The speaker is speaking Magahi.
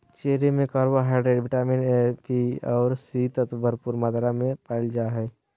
चेरी में कार्बोहाइड्रेट, विटामिन ए, बी आर सी तत्व भरपूर मात्रा में पायल जा हइ